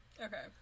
Okay